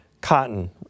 Cotton